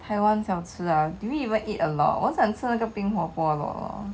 台湾小吃 ah did we even eat lot 我想吃了个冰火锅 lor